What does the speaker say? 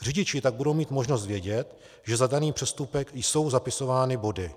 Řidiči tak budou mít možnost vědět, že za daný přestupek jsou zapisovány body.